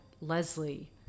Leslie